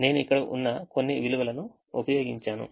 నేను ఇక్కడ ఉన్న కొన్ని విలువలను ఉపయోగించాను